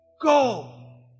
Go